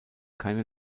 keine